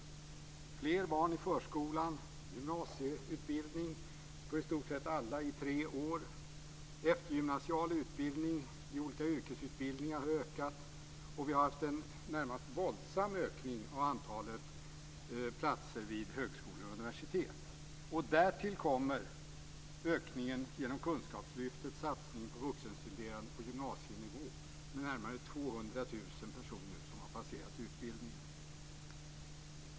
Det är fler barn i förskolan. Det är gymnasieutbildning för i stort sett alla i tre år. Eftergymnasial utbildning i olika yrkesutbildningar har ökat, och vi har haft en närmast våldsam ökning av antalet platser vid högskolor och universitet. Därtill kommer ökningen genom kunskapslyftets satsning på vuxenstuderande på gymnasienivå, med närmare 200 000 personer som har passerat utbildningen.